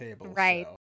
Right